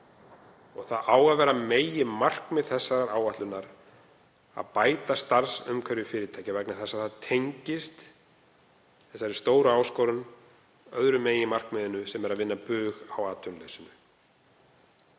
Það á að vera meginmarkmið þessarar áætlunar að bæta starfsumhverfi fyrirtækja af því að það tengist þeirri stóru áskorun, öðru meginmarkmiðinu, sem er að vinna bug á atvinnuleysinu.